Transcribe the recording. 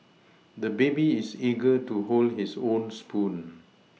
the baby is eager to hold his own spoon